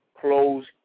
close